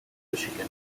michigan